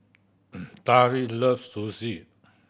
Tari loves Sushi